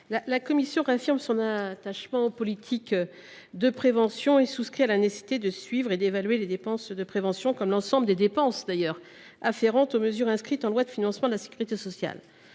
La commission tient à réaffirmer son attachement aux politiques de prévention. Nous souscrivons à la nécessité de suivre et d’évaluer les dépenses de prévention, comme l’ensemble des dépenses afférentes aux mesures inscrites en loi de financement de la sécurité sociale.